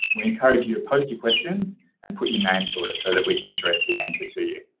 we encourage you to post your questions and put your name to it so that we can address the answer to you.